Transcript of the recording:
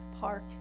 park